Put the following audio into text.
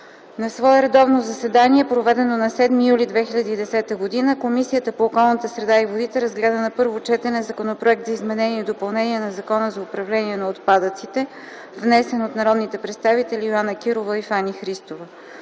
На свое редовно заседание, проведено на 7 юли 2010 г., Комисията по околната среда и водите разгледа на първо четене Законопроект за изменение и допълнение на Закона за управление на отпадъците, внесен от народните представители Йоана Кирова и Фани Христова.